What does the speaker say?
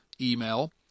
email